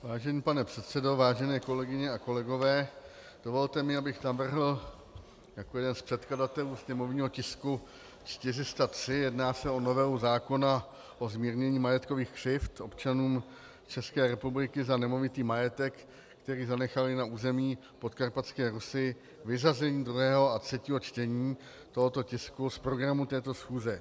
Vážený pane předsedo, vážené kolegyně a kolegové, dovolte mi, abych navrhl jako jeden z předkladatelů sněmovního tisku 403, jedná se o novelu zákona o zmírnění majetkových křivd občanům České republiky za nemovitý majetek, který zanechali na území Podkarpatské Rusi, vyřazení druhého a třetího čtení tohoto tisku z programu této schůze.